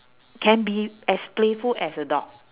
can be as playful as a dog